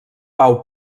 pau